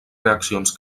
reaccions